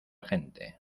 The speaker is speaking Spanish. gente